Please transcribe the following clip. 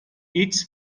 its